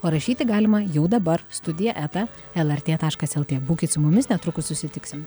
o rašyti galima jau dabar studija eta lrt taškas lt būkit su mumis netrukus susitiksim